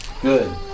Good